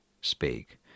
speak